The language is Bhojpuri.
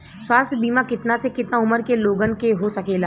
स्वास्थ्य बीमा कितना से कितना उमर के लोगन के हो सकेला?